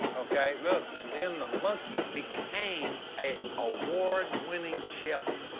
okay? look. and then the monkey became a award-winning chef.